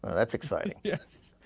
that's exciting yes